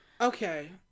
Okay